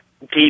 deep